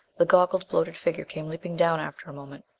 the goggled, bloated figure came leaping down after a moment.